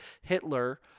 Hitler